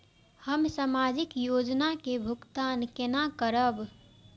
हम सामाजिक योजना के भुगतान केना करब?